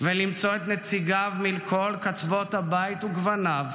ולמצוא את נציגיו מכל קצוות הבית וגווניו